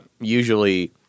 Usually